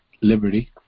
liberty